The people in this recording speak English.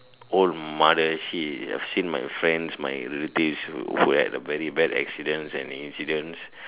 old mother she have seen my friends my relatives who who had a very bad accidents and incidents